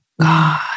God